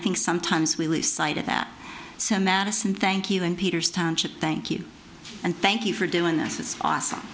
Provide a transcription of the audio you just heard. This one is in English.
think sometimes we lose sight of that so madison thank you and peter's township thank you and thank you for doing this is awesome